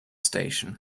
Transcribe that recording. station